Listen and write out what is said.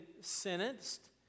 sentenced